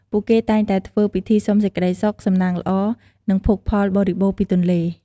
ពួកគេតែងតែធ្វើពិធីសុំសេចក្ដីសុខ សំណាងល្អ និងភោគផលបរិបូរណ៍ពីទន្លេ។